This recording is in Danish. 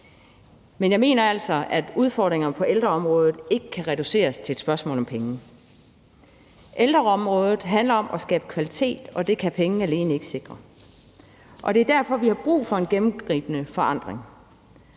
Men jeg mener altså, at udfordringerne på ældreområdet ikke kan reduceres til et spørgsmål om penge. Ældreområdet handler om at skabe kvalitet, og det kan penge alene ikke sikre. Det er derfor, vi har brug for en gennemgribende forandring.